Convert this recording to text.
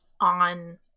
on